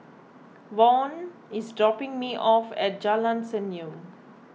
Vaughn is dropping me off at Jalan Senyum